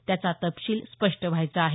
त्याचा तपशील स्पष्ट व्हायचा आहे